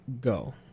go